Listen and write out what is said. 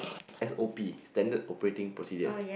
S_O_P Standard operating procedure